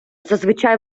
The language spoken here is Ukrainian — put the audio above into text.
зазвичай